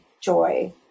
joy